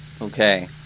Okay